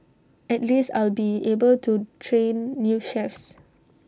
at least I'll be able to train new chefs